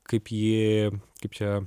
kaip jį kaip čia